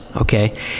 okay